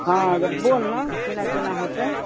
हँ बोल ने केना केना होतै